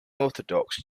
orthodox